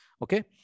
Okay